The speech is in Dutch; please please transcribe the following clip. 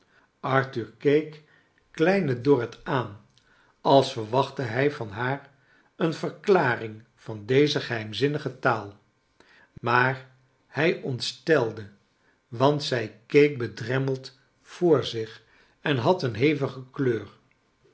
arthur keek kleine dorrit aan als verwachtte hrj van haar eene verklaring van deze geheimzinnige taal maar hij ontstelde want zij keek bedremmeld voor zich en had een hevige kleur